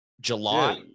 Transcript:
July